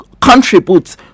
contribute